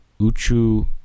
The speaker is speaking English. Uchu